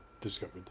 discovered